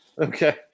Okay